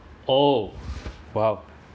oh !wow!